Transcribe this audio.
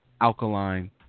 alkaline